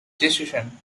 decision